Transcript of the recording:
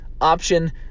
option